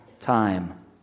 time